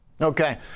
okay